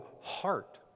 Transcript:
heart